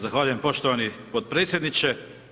Zahvaljujem poštovani potpredsjedniče.